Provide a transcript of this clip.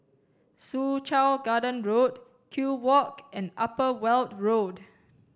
Soo Chow Garden Road Kew Walk and Upper Weld Road